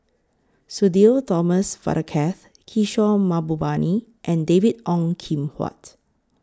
Sudhir Thomas Vadaketh Kishore Mahbubani and David Ong Kim Huat